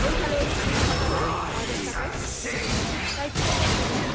ওই তাহলে ওই ফাইনাল কথা হলো ছ হাজার টাকাই তাই তো দু দিনে